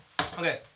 Okay